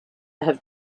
have